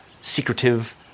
secretive